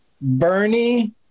Bernie